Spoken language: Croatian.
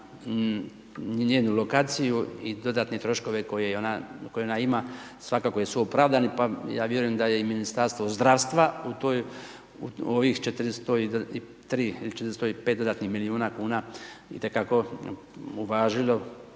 njenu lokaciju i dodatne troškove koje ona ima svakako jesu opravdani pa ja vjerujem da je i Ministarstvo zdravstva u toj u ovih 403 ili 405 dodatnih milijuna kuna i te kako uvažilo